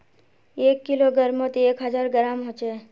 एक किलोग्रमोत एक हजार ग्राम होचे